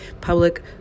public